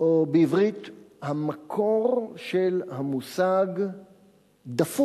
מה שהוא בעברית המקור של המונח "דפוק"